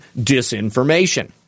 disinformation